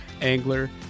angler